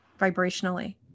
vibrationally